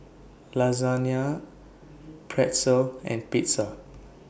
Lasagne Pretzel and Pizza